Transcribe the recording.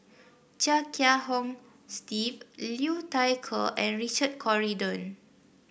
Chia Kiah Hong Steve Liu Thai Ker and Richard Corridon